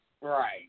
right